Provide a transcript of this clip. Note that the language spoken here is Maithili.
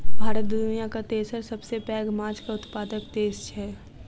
भारत दुनियाक तेसर सबसे पैघ माछक उत्पादक देस छै